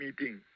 meeting